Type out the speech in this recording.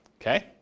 Okay